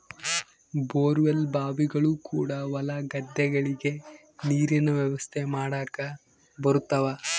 bore well ಬಾವಿಗಳು ಕೂಡ ಹೊಲ ಗದ್ದೆಗಳಿಗೆ ನೀರಿನ ವ್ಯವಸ್ಥೆ ಮಾಡಕ ಬರುತವ